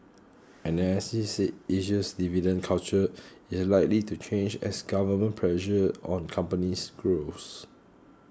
analysts said Asia's dividend culture is likely to change as government pressure on companies grows